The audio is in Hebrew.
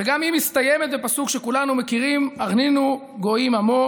וגם היא מסתיימת בפסוק שכולנו מכירים: "הרנינו גויִם עַמו